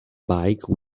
bike